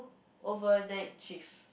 overnight shift